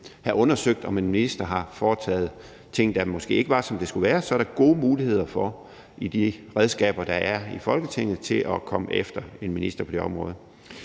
have undersøgt, om en minister har foretaget ting, der måske ikke var, som de skulle være. Der er gode muligheder for via de redskaber, der er i Folketinget, at komme efter en minister på det område.